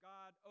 God